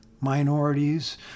minorities